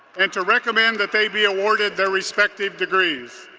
and to recommend that they be awarded their respective degrees.